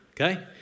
okay